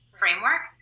framework